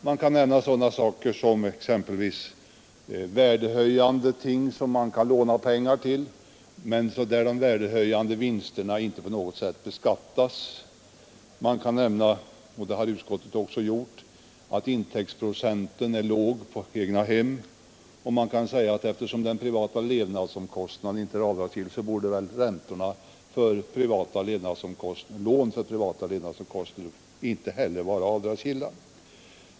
Man kan nämna värdehöjande ting som man kan låna pengar till, men där de värdehöjande vinsterna inte på något sätt beskattas. Man kan nämna — och det har utskottet också gjort — att intäktsprocenten är låg på egnahem, och man kan säga att eftersom privata levnadsomkostnader inte är avdragsgilla så borde räntorna för lån för privata levnadsomkostnader inte heller vara avdragsgilla.